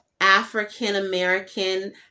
African-American